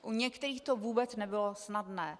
U některých to vůbec nebylo snadné.